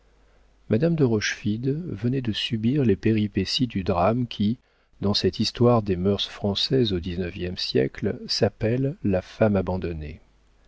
madame de rochefide venait de subir les péripéties du drame qui dans cette histoire des mœurs françaises au xixe siècle s'appelle la femme abandonnée